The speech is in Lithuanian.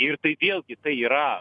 ir tai vėlgi tai yra